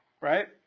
right